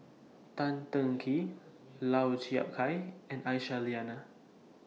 Tan Teng Kee Lau Chiap Khai and Aisyah Lyana